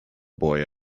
boy